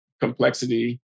complexity